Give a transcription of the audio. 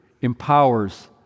empowers